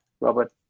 Robert